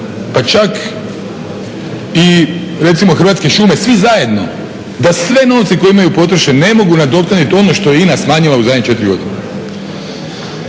pa čak i recimo Hrvatske šume, svi zajedno da sve novce koje imaju potroše ne mogu nadoknaditi ono što je INA smanjila u zadnje 4 godine.